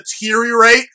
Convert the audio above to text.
deteriorate